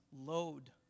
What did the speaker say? load